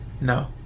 No